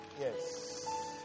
Yes